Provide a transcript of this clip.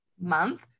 month